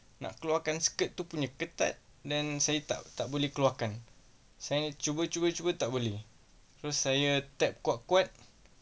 nak keluarkan skirt tu kena ketat dan saya tak tak boleh keluarkan saya cuba cuba cuba tak boleh so saya tap kuat-kuat